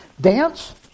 Dance